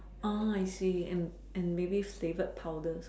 I see and and maybe favorite powders